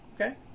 Okay